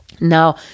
Now